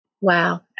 Wow